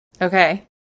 Okay